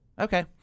Okay